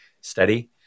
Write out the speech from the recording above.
steady